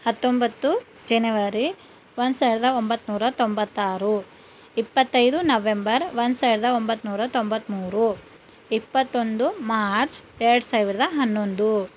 ಹತ್ತೊಂಬತ್ತು ಜನವರಿ ಒಂದು ಸಾವಿರದ ಒಂಬತ್ನೂರ ತೊಂಬತ್ತಾರು ಇಪ್ಪತ್ತೈದು ನವೆಂಬರ್ ಒಂದು ಸಾವಿರದ ಒಂಬತ್ನೂರ ತೊಂಬತ್ಮೂರು ಇಪ್ಪತ್ತೊಂದು ಮಾರ್ಚ್ ಎರಡು ಸಾವಿರದ ಹನ್ನೊಂದು